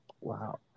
Wow